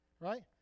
right